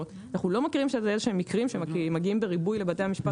אנחנו לא מכירים איזה שהם מקרים שמגיעים בריבוי לבתי המשפט.